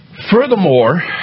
Furthermore